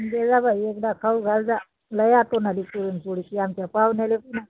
देजा बाई एकदा खाऊ घाल जा लई आठवण आली पुरणपोळीची आमच्या पाहुण्याला पण आली